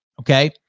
okay